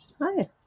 Hi